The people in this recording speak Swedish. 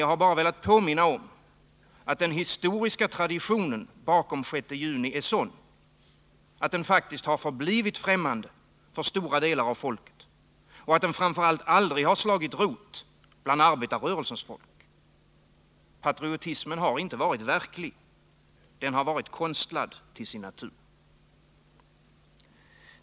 Jag har bara velat påminna om, att den historiska traditionen bakom 6 juni är sådan, att den faktiskt har förblivit fträmmande för stora delar av folket och att den framför allt aldrig har slagit rot bland arbetarrörelsens folk. Patriotismen har inte varit verklig, den har varit konstlad till sin natur.